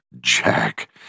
jack